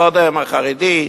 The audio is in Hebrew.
קודם החרדי,